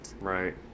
right